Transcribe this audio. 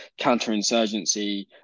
counterinsurgency